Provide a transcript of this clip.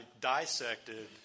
dissected